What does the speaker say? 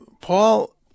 Paul